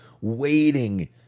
waiting